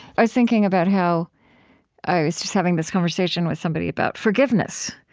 i was thinking about how i was just having this conversation with somebody about forgiveness,